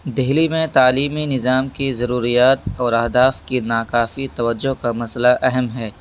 دہلی میں تعلیمی نظام کی ضروریات اور اہداف کی ناکافی توجہ کا مسئلہ اہم ہے